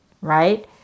right